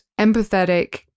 empathetic